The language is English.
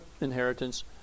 inheritance